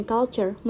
Culture